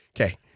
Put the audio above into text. Okay